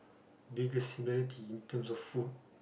biggest similarity in terms of food